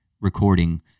recording